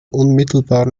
unmittelbar